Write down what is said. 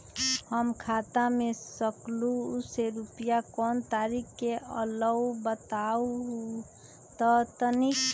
हमर खाता में सकलू से रूपया कोन तारीक के अलऊह बताहु त तनिक?